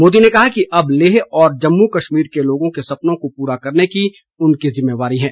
मोदी ने कहा कि अब लेह और जम्मू कश्मीर के लोगों के सपनों को पूरा करने की उनकी ज़िम्मेवारी है